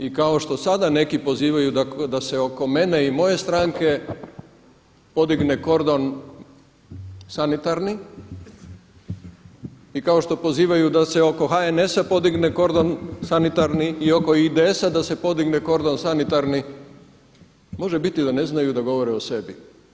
I kao što sada neki pozivaju da se oko mene i moje stranke podigne kordon sanitarni i kao što pozivaju da se oko HNS-a podigne kordon sanitarni i oko IDS-a da se podigne kordon sanitarni može biti da ne znaju da govore o sebi.